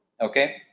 Okay